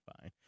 fine